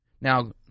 Now